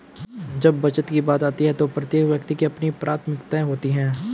जब बचत की बात आती है तो प्रत्येक व्यक्ति की अपनी प्राथमिकताएं होती हैं